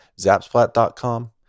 zapsplat.com